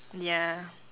ya